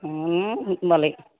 होनबालाय